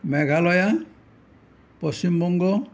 Meghalaya Paschimbanga